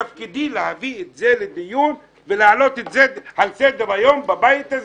תפקידי להביא את זה לדיון ולהעלות את זה על סדר היום בבית הזה.